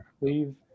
leave